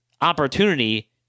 opportunity